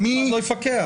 אף אחד לא יפקח.